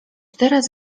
teraz